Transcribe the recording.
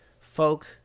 folk